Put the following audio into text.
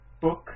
book